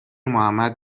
محمد